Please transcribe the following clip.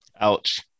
Ouch